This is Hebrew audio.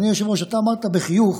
אדוני היושב-ראש, אתה אמרת בחיוך: